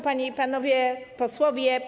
Panie i Panowie Posłowie!